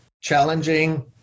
challenging